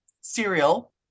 cereal